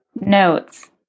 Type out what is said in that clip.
notes